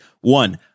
One